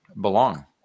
belong